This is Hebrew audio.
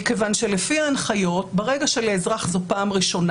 לפי ההנחיות ברגע שלאזרח זו פעם ראשונה,